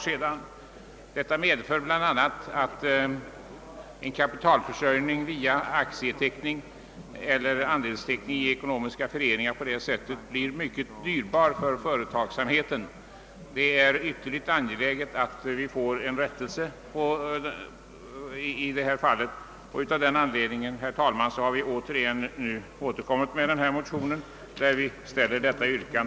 Följden blir att kapitalförsörjningen via aktieteckning eller andelsteckning i ekonomiska föreningar blir mycket dyrbar för företagen. Det är ytterst angeläget att här få en rättelse till stånd, och därför har vi nu återkommit med detta yrkande i våra motioner. Herr talman!